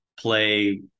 play